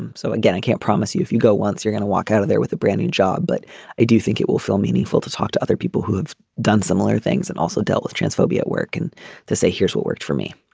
um so again i can't promise you if you go once you're gonna walk out of there with a branding job but i do think it will feel meaningful to talk to other people who have done similar things and also dealt with transphobia at work. and to say here's what works for me